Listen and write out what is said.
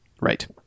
Right